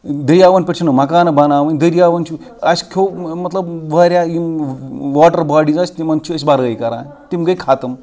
دٔریاوَن پٮ۪ٹھ چھِنہٕ مکانہٕ بَناوٕنۍ دٔریاوَن چھُ اَسہِ کھیوٚو مطلب واریاہ یِم واٹر باڈیٖز ٲسۍ تِمَن چھِ أسۍ بَرٲے کَران تِم گٔے ختٕم